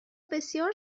بسیار